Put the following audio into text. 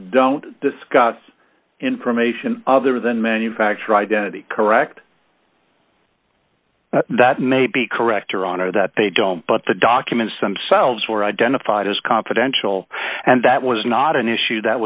don't discuss information other than manufacture identity correct that may be correct or honor that they don't but the documents themselves were identified as confidential and that was not an issue that